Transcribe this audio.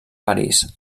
parís